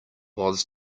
was